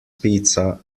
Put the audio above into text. pizza